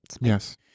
yes